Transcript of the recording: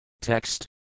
Text